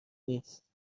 نیست